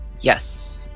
Yes